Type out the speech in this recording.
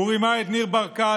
הוא רימה את ניר ברקת,